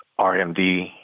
RMD